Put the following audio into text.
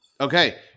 Okay